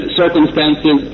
circumstances